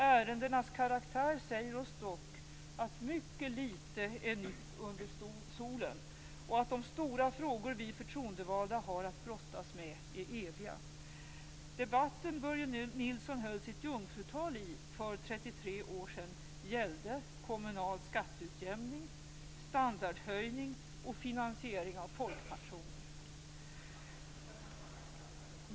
Ärendenas karaktär säger oss dock, att mycket litet är nytt under solen och att de stora frågor vi förtroendevalda har att brottas med är eviga. Debatten Börje Nilsson höll sitt jungfrutal i för 33 år sedan gällde komunal skatteutjämning, standardhöjning och finansiering av folkpensioner.